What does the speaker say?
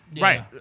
Right